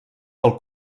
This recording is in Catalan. del